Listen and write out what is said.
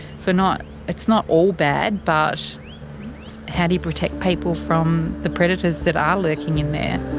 so not it's not all bad. but how do you protect people from the predators that are lurking in there.